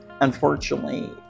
unfortunately